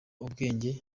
ubwenge